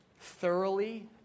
Thoroughly